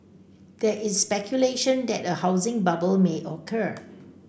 there is speculation that a housing bubble may occur